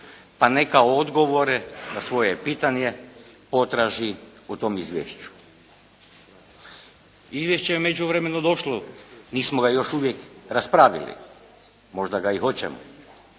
pa neka odgovore na svoje pitanje potraži u tom Izvješću.". Izvješće je u međuvremenu došlo. Nismo ga još uvijek raspravili, možda ga i hoćemo.